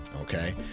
okay